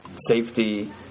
safety